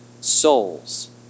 souls